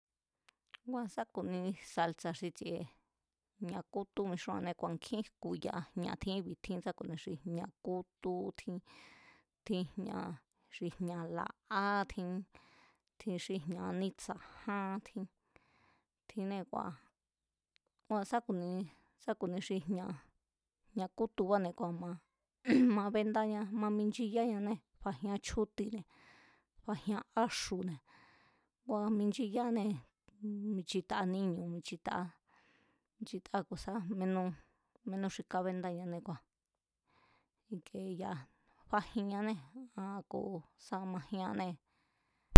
Ngua̱ sá kuni salsa̱ xi tsi̱e̱ jña̱ kútú mixúannée̱ kua̱ nkjín jku̱ya jña̱ tjin íbi̱ ku̱ni xi jña̱ kútú tjín, tjin ñáa̱ xi jña̱ la̱'á tjin xi jña̱ aní tsa̱ján tjín, tjinnée̱ kua̱, kua̱ sá ku̱ni, sá ku̱ni xi jña̱, jña̱ kútubáne̱ kua̱ ma, úúmmg, ma béndáñá minchiyáñanée̱ fajinña chjúti̱ne̱ fajian áxu̱ne̱ ngua̱ minchiyáanée̱, michitaa níñu̱ michitaá ku̱ sa ménú, menú xi kábéndáñá kua̱ i̱ke ya̱ fajinñanée̱ aa̱n ku̱ sá majíannée̱.